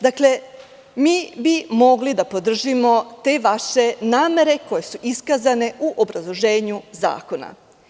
Dakle, mi bismo mogli da podržimo te vaše namere koje su iskazane u obrazloženju zakona.